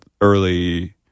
Early